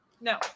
No